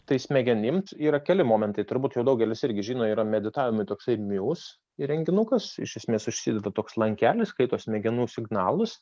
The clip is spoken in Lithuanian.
tai smegenims yra keli momentai turbūt jau daugelis irgi žino yra meditavimui toksai mius įrenginukas iš esmės užsideda toks lankelis skaito smegenų signalus